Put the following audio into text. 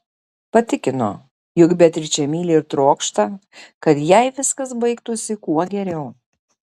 patikino jog beatričę myli ir trokšta kad jai viskas baigtųsi kuo geriau